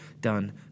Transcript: done